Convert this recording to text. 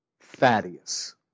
Thaddeus